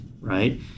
right